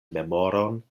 memoron